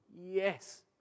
Yes